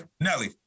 Nelly